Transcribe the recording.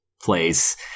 place